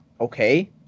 Okay